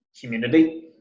community